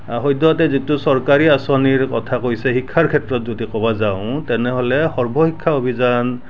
অঁ সদ্যহতে যিটো চৰকাৰী আঁচনিৰ কথা কৈছে শিক্ষাৰ ক্ষেত্ৰত যদি ক'ব যাওঁ তেনেহ'লে সৰ্বশিক্ষা অভিযান